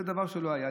זה דבר שלא היה.